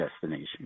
destination